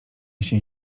się